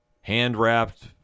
hand-wrapped